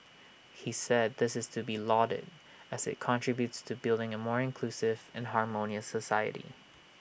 he said this is to be lauded as IT contributes to building A more inclusive and harmonious society